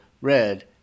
Red